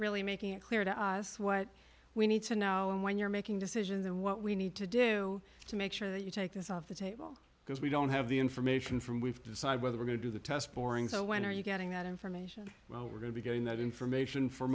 really making it clear to us what we need to know and when you're making decisions and what we need to do to make sure that you take this off the table because we don't have the information from we've decided whether we're going to do the test boring so when are you getting that information well we're going to be getting that information for